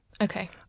okay